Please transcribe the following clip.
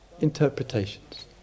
interpretations